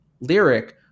lyric